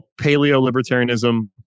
paleo-libertarianism